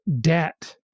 debt